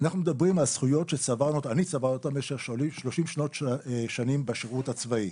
אנחנו מדברים על זכויות שאני צברתי אותם במשך 30 שנים בשירות הצבאי.